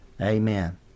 Amen